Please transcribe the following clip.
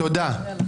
תודה.